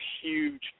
huge